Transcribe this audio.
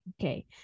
Okay